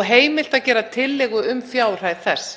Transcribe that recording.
og heimilt að gera tillögu um fjárhæð þess.